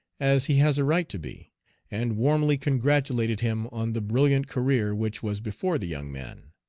as he has a right to be and warmly congratulated him on the brilliant career which was before the young man.